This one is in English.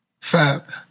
Fab